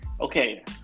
Okay